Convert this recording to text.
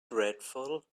dreadful